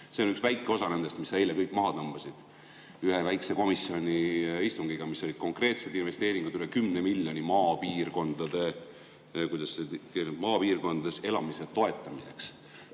See on üks väike osa nendest, mis sa eile kõik maha tõmbasid ühe väikse komisjoni istungiga. Need olid konkreetsed investeeringud, üle 10 miljoni, kuidas see oligi, maapiirkondades elamise toetamiseks.